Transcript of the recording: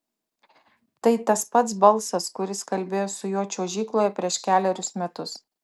tai tas pats balsas kuris kalbėjo su juo čiuožykloje prieš kelerius metus